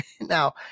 Now